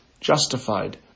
justified